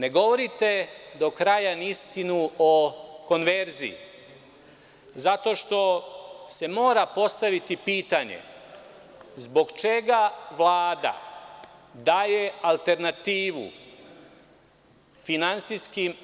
Ne govorite do kraja ni istinu o konverziji zato što se mora postaviti pitanje zbog čega Vlada daje alternativu finansijskim